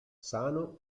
sano